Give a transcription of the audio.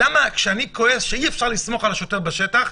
כשאני כועס על כך שאי אפשר לסמוך על השוטר בשטח,